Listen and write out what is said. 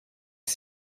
ich